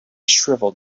shriveled